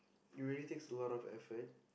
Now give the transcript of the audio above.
you really takes a lot of effort